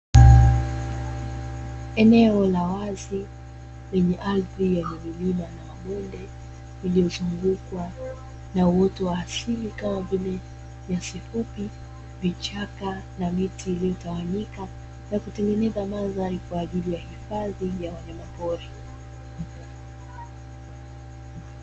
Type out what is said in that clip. Eneo la wazi lenye ardhi yenye milima na mabonde, iliyozungukwa na uoto wa asili kama vile nyasi fupi, vichaka na miti iliyotawanyika, na kutengeneza mandhari kwa ajili ya hifadhi kwa ajili ya wanyama pori.